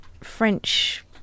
French